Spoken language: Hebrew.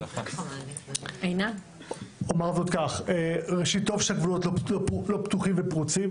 ראשית, טוב שהגבולות לא פתוחים ופרוצים.